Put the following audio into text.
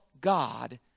God